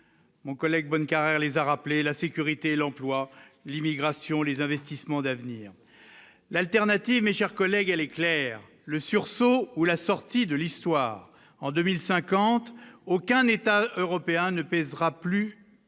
mon collègue bonne car les a rappelé la sécurité, l'emploi, l'immigration, les investissements d'avenir, l'alternative, mes chers collègues, elle éclaire le sursaut ou la sortie de l'histoire en 2050 aucun État européen ne pèsera plus pèsera